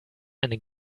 eine